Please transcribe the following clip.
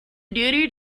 duty